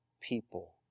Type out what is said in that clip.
people